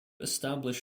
establish